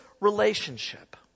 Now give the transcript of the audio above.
relationship